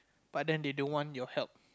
but they don't want your help